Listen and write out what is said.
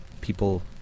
people